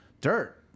dirt